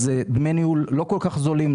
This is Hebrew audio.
דמי ניהול לא כל כך זולים,